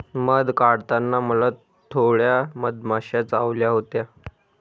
मध काढताना मला थोड्या मधमाश्या चावल्या होत्या